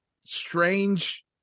strange